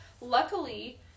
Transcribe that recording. Luckily